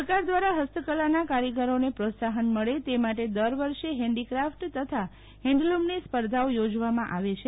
સરકાર દ્વારા હસ્તકલાના કારીગરોને પ્રોત્સાફન મળે તે માટે દર વર્ષે ફેન્ઠીક્રાફટ તથા હેન્ઠલુમની સ્પર્ધાઓ યોજવામાં આવે છે